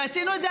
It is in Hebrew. ועשינו את זה,